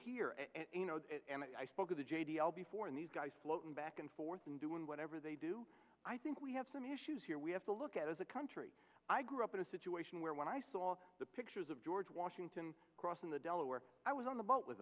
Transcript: here and i spoke of the j d l before and these guys floating back and forth and doing whatever they do i think we have some issues here we have to look at as a country i grew up in a situation where when i saw the pictures of george washington crossing the delaware i was on the boat with